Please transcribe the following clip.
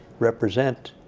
represent